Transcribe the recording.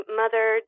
mother